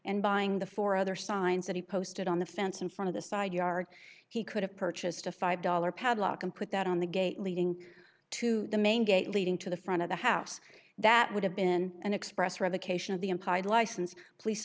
and buying the four other signs that he posted on the fence in front of the side yard he could have purchased a five dollars padlock and put that on the gate leading to the main gate leading to the front of the house that would have been an express revocation of the implied license police